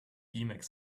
emacs